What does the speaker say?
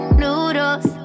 noodles